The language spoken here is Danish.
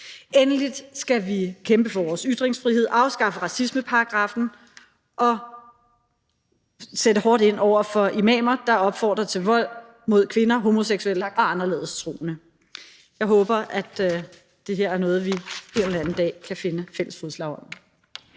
Endelig skal vi kæmpe for vores ytringsfrihed, afskaffe racismeparagraffen og sætte hårdt ind over for imamer, der opfordrer til vold mod kvinder, homoseksuelle og anderledes troende. Jeg håber, at det her er noget, som vi en anden dag kan finde fælles fodslag om.